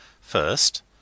First